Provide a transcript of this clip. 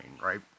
right